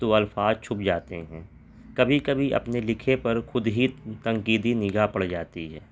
تو الفاظ چھپ جاتے ہیں کبھی کبھی اپنے لکھے پر خود ہی تنقیدی نگاہ پڑ جاتی ہے